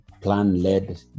plan-led